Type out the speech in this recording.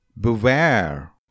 Beware